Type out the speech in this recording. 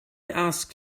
asked